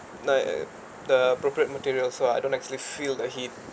the the appropriate material so I don't actually feel the heat